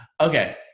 Okay